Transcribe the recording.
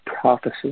prophecy